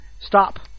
Stop